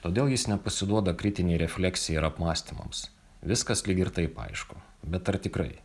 todėl jis nepasiduoda kritinei refleksijai ir apmąstymams viskas lyg ir taip aišku bet ar tikrai